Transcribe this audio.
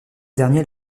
dernier